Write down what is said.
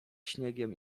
śniegiem